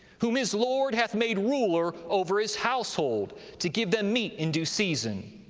whom his lord hath made ruler over his household, to give them meat in due season?